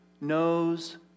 knows